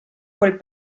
quel